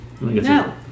No